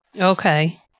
Okay